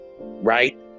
right